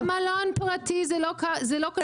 זה מלון פרטי, זה לא קשור לעניין.